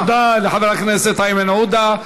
תודה לחבר הכנסת איימן עודה.